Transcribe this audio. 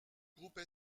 groupe